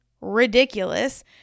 ridiculous